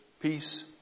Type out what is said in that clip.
peace